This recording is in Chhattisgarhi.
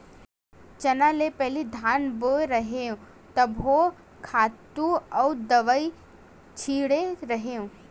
चना ले पहिली धान बोय रेहेव तभो खातू अउ दवई छिते रेहेव